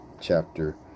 chapter